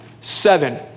seven